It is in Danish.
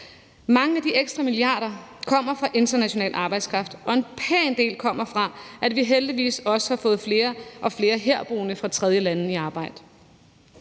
Mange af de ekstra milliarder kroner kommer fra international arbejdskraft, og en pæn del kommer fra, at vi heldigvis også har fået flere og flere herboende fra tredjelande i arbejde.